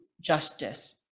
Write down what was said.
justice